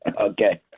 Okay